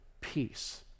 peace